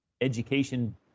education